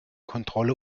kontrolle